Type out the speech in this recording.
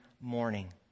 morning